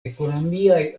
ekonomiaj